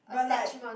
but like